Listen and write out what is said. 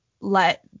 let